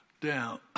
down